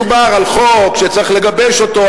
מדובר על חוק שצריך לגבש אותו.